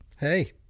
Hey